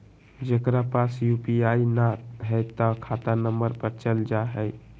जेकरा पास यू.पी.आई न है त खाता नं पर चल जाह ई?